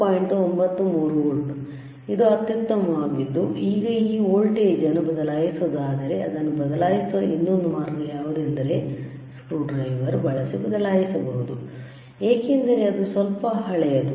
93 volt ಇದು ಅತ್ಯುತ್ತಮವಾಗಿದ್ದು ಈಗ ಈ ವೋಲ್ಟೇಜ್ ಅನ್ನು ಬದಲಾಯಿಸುವುದಾದರೆ ಅದನ್ನು ಬದಲಾಯಿಸುವ ಇನ್ನೊಂದು ಮಾರ್ಗ ಯಾವುದೆಂದರೆ ಸ್ಕ್ರೂಡ್ರೈವರ್ ಬಳಸಿ ಬದಲಾಯಿಸಬಹುದು ಏಕೆಂದರೆ ಅದು ಸ್ವಲ್ಪ ಹಳೆಯದು